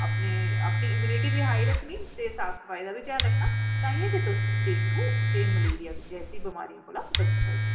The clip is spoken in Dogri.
अपनी इम्यूनिटी बी हाई रक्खनी ते साफ सफाई दा बी घ्यान रक्खना ताहियैं गै तुस ड़ेंगु ते मलेरिया जैसी बिमारियें कशा बची सकदे ओ